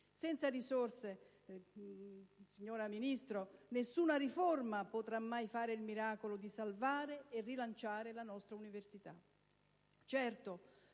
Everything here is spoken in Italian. Senza risorse, signora Ministro, nessun riforma potrà mai fare il miracolo di salvare e rilanciare la nostra università.